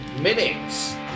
minutes